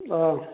ꯑꯥꯎ